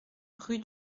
rue